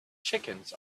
chickens